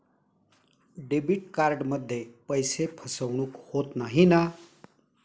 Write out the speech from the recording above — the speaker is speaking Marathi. डेबिट कार्डमध्ये पैसे फसवणूक होत नाही ना?